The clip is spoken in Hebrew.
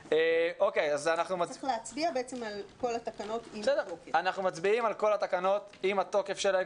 אז אנחנו מצביעים על כל התקנות עם התוקף שלהן.